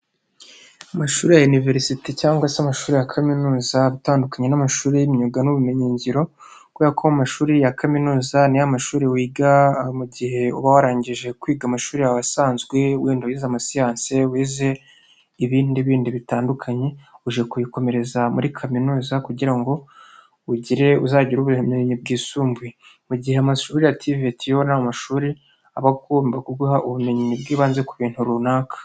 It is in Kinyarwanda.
Amashuri ya iniverisite cyangwa se amashuri ya kaminuza aba atandukanye n'amashuri y'imyuga n'ubumenyingiro, kubera ko amashuri ya kaminuza ni y'amashuri wiga mu gihe uba warangije kwiga amashuri yawe asanzwe, wenda wize ama siyanse, wize ibindi bindi bitandukanye uje kuyikomereza muri kaminuza kugira ngo ugire uzagira ubumenyi bwisumbuye, mu gihe amashuri ya tiveti yo n'amashuri aba agomba kuguha ubumenyi bw'ibanze ku bintu runaka.